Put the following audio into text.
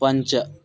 पञ्च